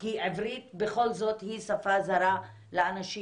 כי עברית בכל זאת היא שפה זרה לאנשים,